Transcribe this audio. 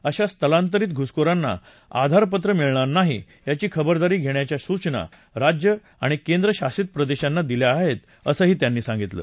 अशा स्थलांतरीत घुसखोरांना आधार पत्र मिळणार नाही याची खबरदारी घेण्याच्या सूचना राज्यं आणि केंद्रशासित प्रदेशांना दिल्या आहेत असं त्यांनी सांगितलं